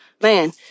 man